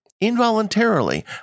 involuntarily